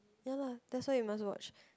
ya lah that's why you must watch